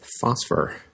Phosphor